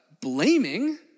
Blaming